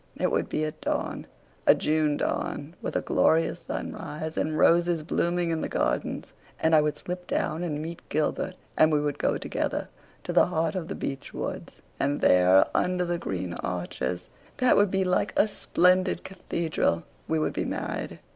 it would be at dawn a june dawn, with a glorious sunrise, and roses blooming in the gardens and i would slip down and meet gilbert and we would go together to the heart of the beech woods and there, under the green arches that would be like a splendid cathedral, we would be married.